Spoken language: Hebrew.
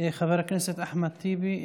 חבר הכנסת אחמד טיבי,